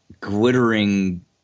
glittering